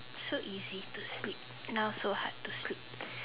so easy to sleep now so hard to sleep